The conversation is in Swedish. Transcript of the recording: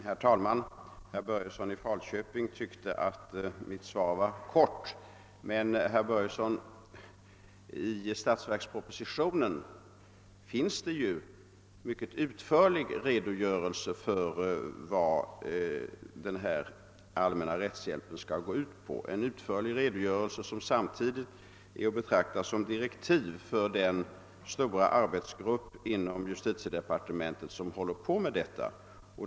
Herr talman! Herr Börjesson i Falköping fann mitt svar kortfattat. Men, herr Börjesson, i statsverkspropositionen lämnas det en mycket utförlig redogörelse för vad den allmänna rättshjälpen skall innebära, en redogörelse som samtidigt är att betrakta som direktiv för den stora arbetsgrupp inom justitiedepartementet som håller på med detta.